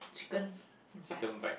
chicken butts